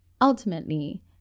ultimately